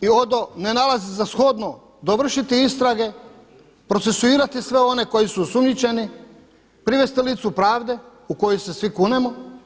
i … ne nalazi za shodno dovršiti istrage, procesuirati sve one koji su osumnjičeni, privesti licu pravde u koju se svi kunemo.